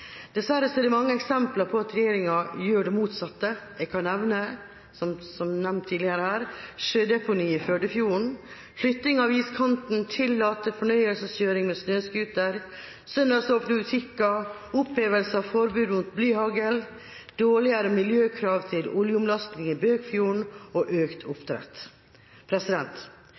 Dessverre er det mange eksempler på at regjeringa gjør det motsatte. Jeg kan nevne, som det er gjort tidligere her, sjødeponiet i Førdefjorden, flytting av iskanten, å tillate fornøyelseskjøring med snøscooter, søndagsåpne butikker, opphevelse av forbud mot blyhagl, dårligere miljøkrav til oljeomlasting i Bøkfjorden og økt